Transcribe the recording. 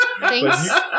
Thanks